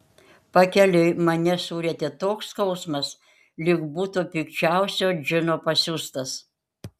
pakeliui mane surietė toks skausmas lyg būtų pikčiausio džino pasiųstas